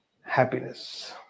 happiness